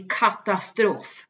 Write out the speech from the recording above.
katastrof